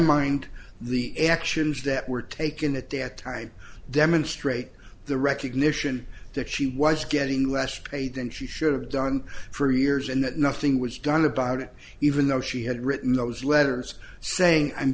mind the actions that were taken at that time demonstrate the recognition that she was getting less pay than she should have done for years and that nothing was done about it even though she had written those letters saying i'm